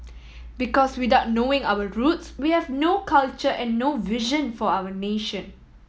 because without knowing our roots we have no culture and no vision for our nation